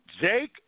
Jake